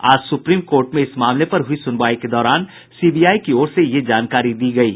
आज supreme court में इस मामले पर हुई सुनवाई के दौरान सीबीआई की ओर से ये जानकारी दी गयी